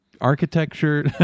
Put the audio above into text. architecture